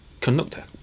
conductor